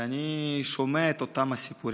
ואני שומע את אותם הסיפורים,